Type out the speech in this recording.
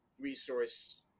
resource